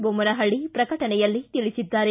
ಬೊಮ್ಟನಹಳ್ಳ ಪ್ರಕಟಣೆಯಲ್ಲಿ ತಿಳಿಸಿದ್ದಾರೆ